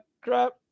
crap